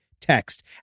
text